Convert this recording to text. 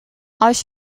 als